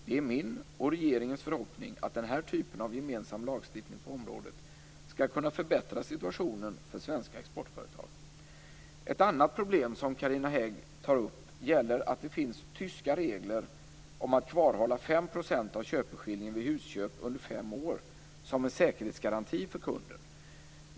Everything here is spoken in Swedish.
Det är min och regeringens förhoppning att den här typen av gemensam lagstiftning på området skall kunna förbättra situationen för svenska exportföretag. Ett annat problem som Carina Hägg tar upp gäller att det finns tyska regler om att kvarhålla 5 % av köpeskillingen vid husköp under fem år som en säkerhetsgaranti för kunden.